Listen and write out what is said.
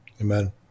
Amen